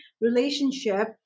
relationship